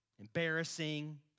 embarrassing